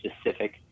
specific